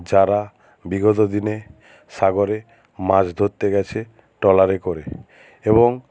যারা বিগত দিনে সাগরে মাছ ধরতে গেছে ট্রেলারে করে এবং